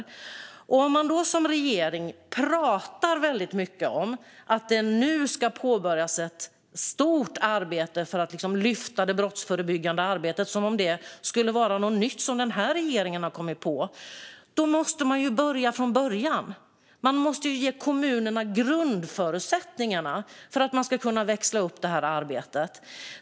Om man då som regering pratar väldigt mycket om att det nu ska påbörjas ett stort arbete för att lyfta de brottsförebyggande insatserna, som om det vore något nytt som den här regeringen har kommit på, måste man börja från början. Man måste ge kommunerna grundförutsättningarna för att de ska kunna växla upp detta arbete.